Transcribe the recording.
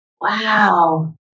wow